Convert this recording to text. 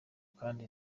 kandi